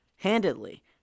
Handedly